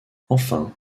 enfin